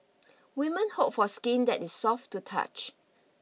women hope for skin that is soft to touch